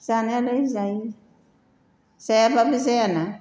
जानायालाय जायो जायाबाबो जायाना